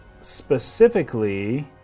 specifically